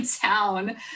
town